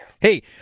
Hey